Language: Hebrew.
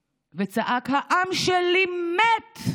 וצעק: העם שלי מת.